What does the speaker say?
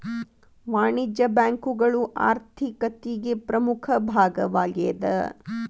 ವಾಣಿಜ್ಯ ಬ್ಯಾಂಕುಗಳು ಆರ್ಥಿಕತಿಗೆ ಪ್ರಮುಖ ಭಾಗವಾಗೇದ